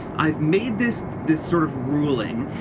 i've made this this sort of ruling.